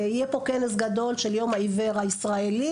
יהיה פה כנס גדול של יום העיוור הישראלי,